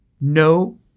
No